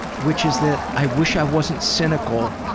which is that i wish i wasn't cynical,